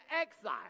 exile